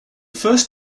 first